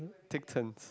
take turns